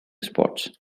spots